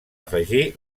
afegir